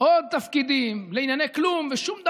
עוד תפקידים לענייני כלום ושום דבר,